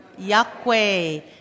Yakwe